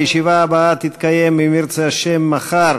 הישיבה הבאה תתקיים, אם ירצה השם, מחר,